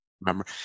remember